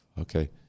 Okay